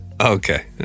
Okay